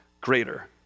greater